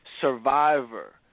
survivor